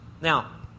Now